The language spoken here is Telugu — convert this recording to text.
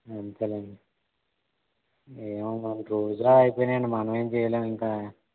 అంతేలేండి ఏమో మరి రోజులు అలా అయిపోయినాయండి మనమేం చేయలేం ఇంకా